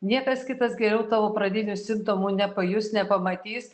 niekas kitas geriau tavo pradinių simptomų nepajus nepamatys